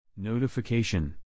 Notification